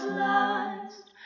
lost